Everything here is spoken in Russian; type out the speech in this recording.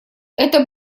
это